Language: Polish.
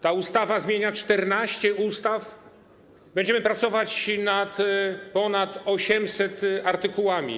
Ta ustawa zmienia 14 ustaw, będziemy pracować nad ponad 800 artykułami.